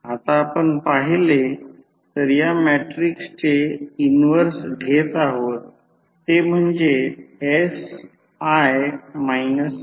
आता आपण पहिले तर या मॅट्रिक्सचे इन्व्हर्स घेत आहोत ते म्हणजे sI A